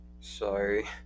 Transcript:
sorry